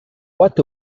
what